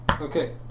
Okay